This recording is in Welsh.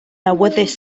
awyddus